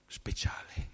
speciale